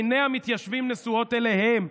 עיני המתיישבים נשואות אליהם,